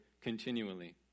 continually